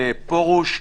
פרוש.